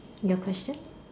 your question